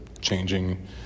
changing